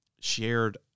shared